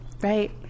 Right